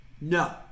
No